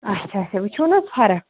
اچھا اچھا وۄنۍ چھو نہٕ حظ فرق